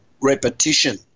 repetition